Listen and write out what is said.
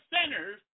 sinners